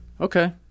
Okay